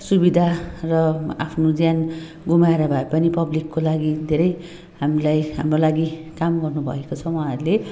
सुविधा र आफ्नो ज्यान गुमाएर भएपनि पब्लिकको लागि धेरै हामीलाई हाम्रो लागि काम गर्नु भएको छ उहाँहरूले